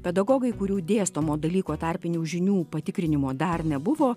pedagogai kurių dėstomo dalyko tarpinių žinių patikrinimo dar nebuvo